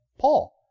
Paul